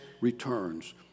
returns